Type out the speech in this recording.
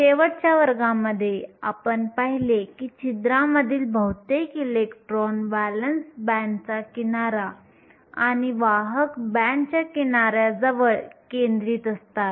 शेवटच्या वर्गामध्ये आपण पाहिले की छिद्रांमधील बहुतेक इलेक्ट्रॉन व्हॅलेन्स बँडचा किनारा आणि वाहक बँडच्या किनाऱ्याजवळ केंद्रित असतात